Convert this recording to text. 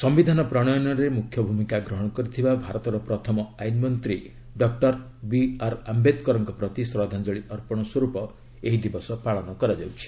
ସମ୍ଭିଧାନ ପ୍ରଣୟନରେ ମୃଖ୍ୟ ଭୂମିକା ଗ୍ରହଣ କରିଥିବା ଭାରତର ପ୍ରଥମ ଆଇନ୍ ମନ୍ତ୍ରୀ ଡକ୍ଟର ବିଆର୍ ଆୟେଦକରଙ୍କ ପ୍ରତି ଶ୍ରଦ୍ଧାଞ୍ଚଳୀ ଅର୍ପଣ ସ୍ୱରୂପ ଏହି ଦିବସ ପାଳନ କରାଯାଉଛି